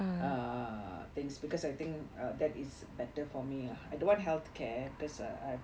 err then is because I think that is better for me lah I don't want health care because ah